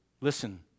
listen